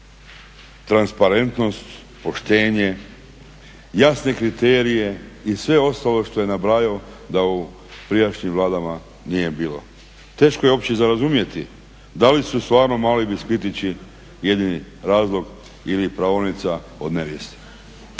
transparentnost, poštenje, jasne kriterije i sve ostalo što je nabrajao da ovo u prijašnjim vladama nije bilo. Teško je uopće za razumjeti da li su stvarno mali biskvitići jedini razlog ili praonica od …